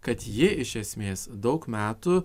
kad ji iš esmės daug metų